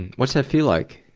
what's that feel like?